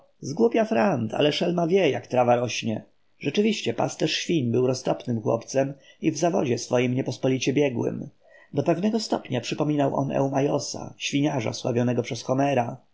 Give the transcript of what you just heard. głupia frant ale szelma wie jak trawa rośnie rzeczywiście pasterz świń był roztropnym chłopcem i w zawodzie swoim niepospolicie biegłym do pewnego stopnia przypominał on eumajosa świniarza sławionego przez